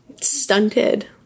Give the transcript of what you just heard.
stunted